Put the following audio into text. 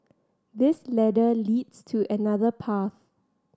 this ladder leads to another path